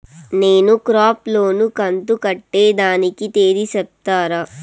నేను crop loan కంతు కట్టేదానికి తేది సెప్తారా?